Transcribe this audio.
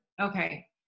Okay